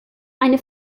eine